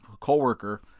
coworker